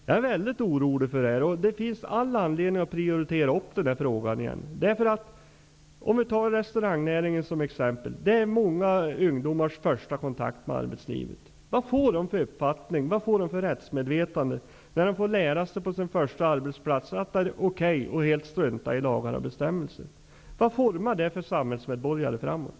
Jag är väldigt orolig för det här, och det finns all anledning att på nytt prioritera den här frågan. Ta som exempel restaurangnäringen. Det är många ungdomars första kontakt med arbetslivet. Vad får de för uppfattning och vad får de för rättsmedvetande när de på sin första arbetsplats får lära sig att det är okej att helt strunta i lagar och bestämmelser? Vad formar det för samhällsmedborgare inför framtiden?